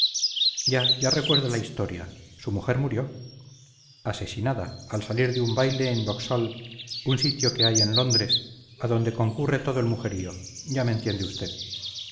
ya ya recuerdo la historia su mujer murió asesinada al salir de un baile en vauxhall un sitio que hay en londres a donde concurre todo el mujerío ya me entiende usted